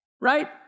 Right